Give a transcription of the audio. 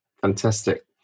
Fantastic